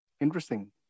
interesting